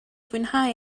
fwynhau